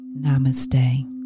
Namaste